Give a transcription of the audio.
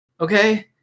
Okay